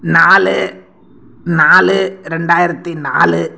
நாலு நாலு ரெண்டாயிரத்து நாலு